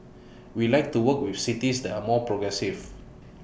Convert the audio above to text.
we like to work with cities that are more progressive